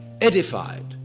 edified